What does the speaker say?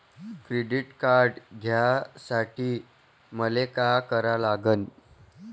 Credit card घ्यासाठी मले का करा लागन?